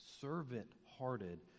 servant-hearted